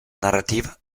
narrativa